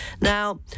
Now